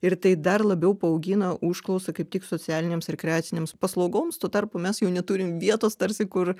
ir tai dar labiau paaugina užklausą kaip tik socialinėms rekreacinėms paslaugoms tuo tarpu mes jau neturim vietos tarsi kur